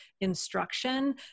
instruction